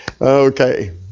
Okay